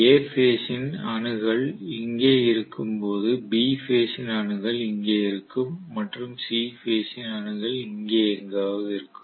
A phase ன் அணுகல் இங்கே இருக்கும் போது B பேஸ் ன் அணுகல் இங்கே இருக்கும் மற்றும் C பேஸ் ன் அணுகல் இங்கே எங்காவது இருக்கும்